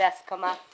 והסכמת